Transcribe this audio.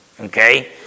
okay